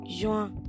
Juin